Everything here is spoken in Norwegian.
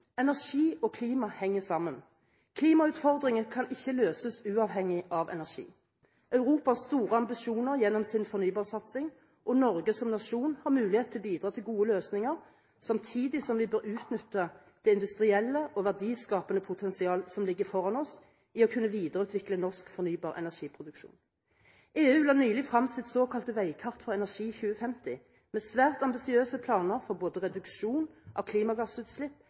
Energi og klima henger sammen; klimautfordringen kan ikke løses uavhengig av energi. Europa har store ambisjoner gjennom sin fornybarsatsing, og Norge som nasjon har mulighet til å bidra til gode løsninger, samtidig som vi bør utnytte det industrielle og verdiskapende potensialet som ligger foran oss i å kunne videreutvikle norsk fornybar energiproduksjon. EU la nylig frem sitt såkalte veikart for energi 2050 med svært ambisiøse planer for både reduksjon av klimagassutslipp,